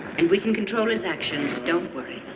and we can control his actions. don't worry.